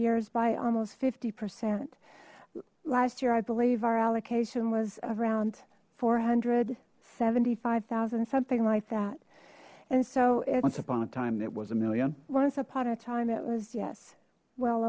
years by almost fifty percent last year i believe our allocation was around four hundred seventy five thousand something like that and so it was upon a time it was a million once upon a time it was yes well